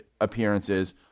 appearances